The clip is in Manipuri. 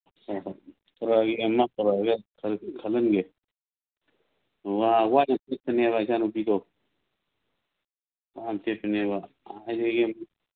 ꯍꯣꯏ ꯍꯣꯏ ꯈꯜꯍꯟꯒꯦ ꯋꯥ ꯋꯥ ꯌꯥꯝ ꯏꯆꯥꯅꯨꯄꯤꯗꯣ ꯋꯥ ꯌꯥꯝ ꯄꯦꯠꯄꯅꯦꯕ